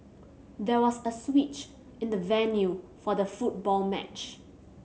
there was a switch in the venue for the football match